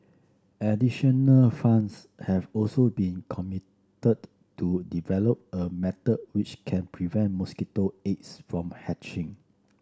additional funds have also been committed to develop a method which can prevent mosquito eggs from hatching